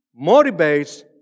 motivates